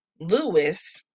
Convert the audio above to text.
Lewis